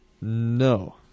No